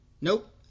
Nope